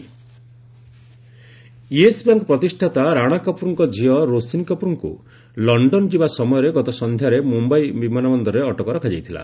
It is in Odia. copter Yes Bank Yes Bank ପ୍ରତିଷ୍ଠାତା ରାଣା କପୁରଙ୍କ ଝିଅ ରୋଶନୀ କପୁରଙ୍କୁ ଲଣ୍ଡନ ଯିବା ସମୟରେ ଗତ ସନ୍ଧ୍ୟାରେ ମୁମ୍ଭାଇ ବିମାନ ବନ୍ଦରରେ ଅଟକ ରଖାଯାଇଥିଲା